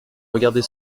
regarder